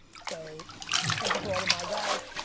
so thank you for all of my guys.